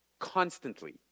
Constantly